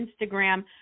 Instagram